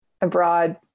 abroad